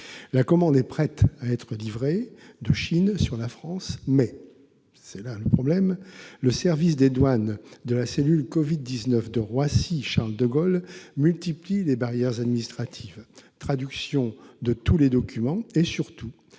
La commande est prête à être livrée de Chine sur la France, mais- c'est là le problème -le service des douanes de la cellule Covid-19 de Roissy-Charles-de-Gaulle multiplie les barrières administratives : traduction de tous les documents et, surtout,